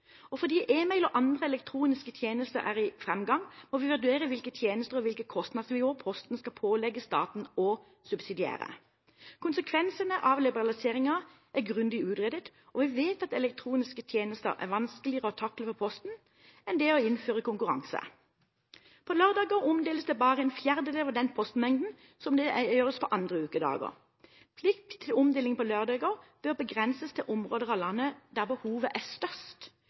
julekort. Fordi e-mail og andre elektroniske tjenester er i framgang, må vi vurdere hvilke tjenester og hvilket kostnadsnivå Posten skal pålegge staten å subsidiere. Konsekvensene av liberaliseringen er grundig utredet, og vi vet at elektroniske tjenester er vanskeligere å takle for Posten enn det å innføre konkurranse. På lørdager omdeles bare en fjerdedel av den postmengden som gjøres på andre ukedager. Plikt til omdeling på lørdager bør begrenses til områder av landet der behovet er størst,